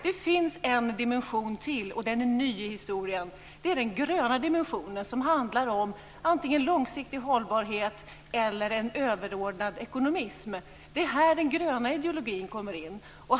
Det finns en dimension till, och den är ny i historien - den gröna dimensionen, som handlar om antingen långsiktig hållbarhet eller också en överordnad ekonomism. Det är här som den gröna ideologin kommer in.